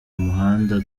muhanda